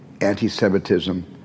anti-Semitism